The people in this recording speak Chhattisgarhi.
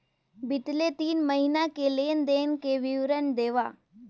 बितले तीन महीना के लेन देन के विवरण देवा?